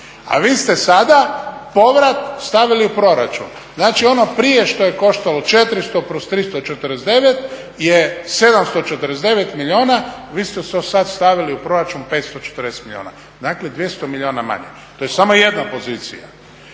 A vi ste sada povrat stavili u proračun. Znači ono prije što je koštalo 400 + 349 je 749 milijuna, vi ste to sada stavili u proračun 540 milijuna, dakle 200 milijuna manje, to je samo jedna pozicija.